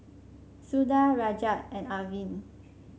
Suda Rajat and Arvind